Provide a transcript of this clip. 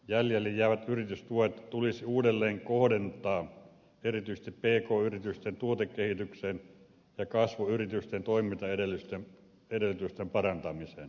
jäljelle jäävät yritystuet tulisi uudelleenkohdentaa erityisesti pk yritysten tuotekehityksen ja kasvuyritysten toimintaedellytysten parantamiseen